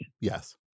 Yes